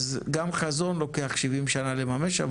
אז גם חזון לוקח 70 שנים לממש,